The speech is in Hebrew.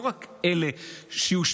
לא רק אלה שיושפעו,